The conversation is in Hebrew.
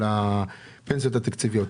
של הפנסיות התקציביות.